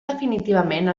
definitivament